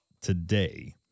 today